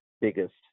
biggest